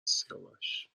سیاوش